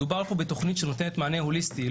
מדובר פה בתוכנית שנותנת מענה הוליסטי.